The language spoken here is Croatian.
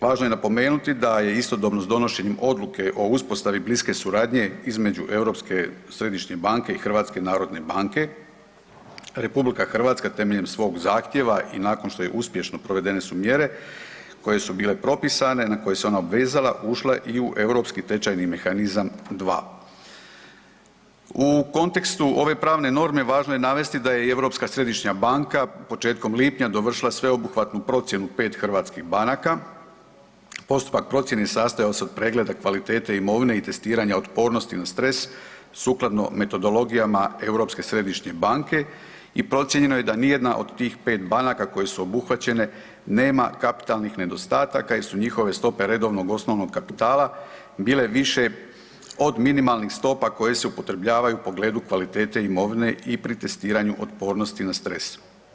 Važno je napomenuti da je istodobno s donošenjem odluke o uspostavi bliske suradnje između Europske središnje banke i HNB-a RH temeljem svog zahtijeva i nakon što je uspješno provedene su mjere koje su bile propisane na koje se ona obvezala, ušla i u europski tečajni mehanizam 2. U kontekstu ove pravne norme važno je navesti da je i ESB početkom lipnja dovršila sveobuhvatnu procjenu pet hrvatskih banaka, postupak procjene sastojao se od pregleda kvalitete imovine i testiranja otpornosti na stres, sukladno metodologijama ESB i procijenjeno je da nijedna od tih pet banaka koje su obuhvaćene nema kapitalnih nedostataka jer su njihove stope redovnog osnovnog kapitala bile više od minimalnih stopa koje se upotrebljavaju u pogledu kvalitete imovine i pri testiranju otpornosti na stres.